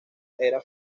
era